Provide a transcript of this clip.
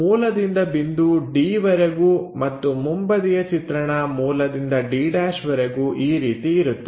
ಮೂಲದಿಂದ ಬಿಂದು dವರೆಗೂ ಮತ್ತು ಮುಂಬದಿಯ ಚಿತ್ರಣ ಮೂಲದಿಂದ d' ವರೆಗೂ ಈ ರೀತಿ ಇರುತ್ತದೆ